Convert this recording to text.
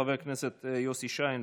חבר הכנסת יוסי שיין.